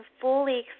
fully